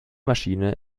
maschine